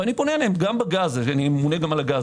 אני פונה אליהם גם בגז אני ממונה על הגז,